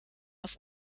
auf